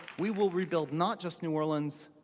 we will rebuild not just new orleans.